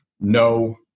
no